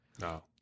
no